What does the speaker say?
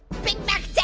big mac